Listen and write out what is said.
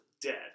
dead